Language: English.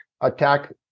attack